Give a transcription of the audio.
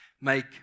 make